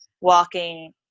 walking